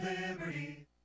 Liberty